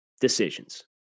decisions